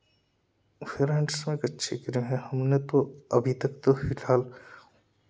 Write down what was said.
fair handsome एक अच्छी cream है हमने तो अभी तक तो फ़िलहाल